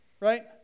Right